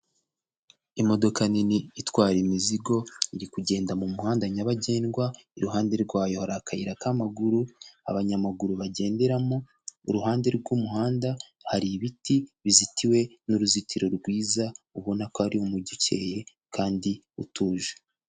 Imodoka nini itwara imizigo, iri kugenda mu muhanda nyabagendwa, iruhande rwayo hari akayira k'amaguru abanyamaguru bagenderamo, uruhande rw'umuhanda hari ibiti bizitiwe n'uruzitiro rwiza, ubona ko ari Umujyi ukeye kandi utuje.